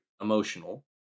emotional